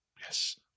Yes